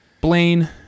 Blaine